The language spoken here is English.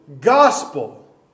gospel